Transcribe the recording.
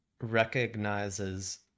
recognizes